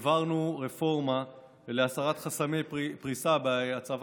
העברנו רפורמה להסרת חסמי פריסה בהצבת